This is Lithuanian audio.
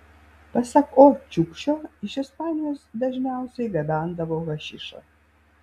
pasak o čiukšio iš ispanijos dažniausiai gabendavo hašišą